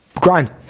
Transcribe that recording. grind